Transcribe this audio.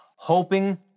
hoping